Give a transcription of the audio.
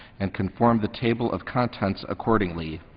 and conform the table of contents accordingly.